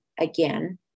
again